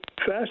Fast